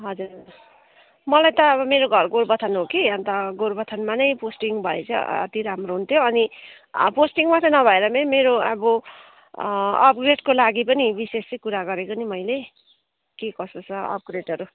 हजुर हजुर मलाई त अब मेरो घर गोरुबथान हो कि अन्त गोरुबथानमा नै पोस्टिङ भए चाहिँ अति राम्रो हुन्थ्यो अनि पोस्टिङ मात्र नभएर म्याम मेरो अब अपग्रेडको लागि पनि विशेष चाहिँ कुरा गरेको नि मैले के कसो छ अपग्रेडहरू